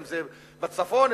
אם בצפון,